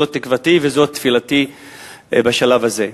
זאת תקוותי וזאת תפילתי בשלב הזה.